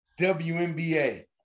WNBA